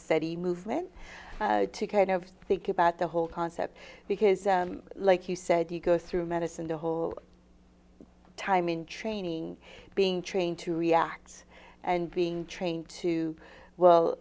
steady movement to kind of think about the whole concept because like you said you go through medicine the whole time in training being trained to react and being trained to well